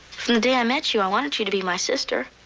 from the day i met you, i wanted you to be my sister.